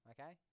Okay